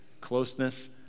Closeness